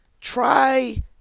Try